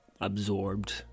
absorbed